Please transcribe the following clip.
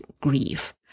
grief